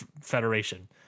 Federation